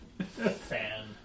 Fan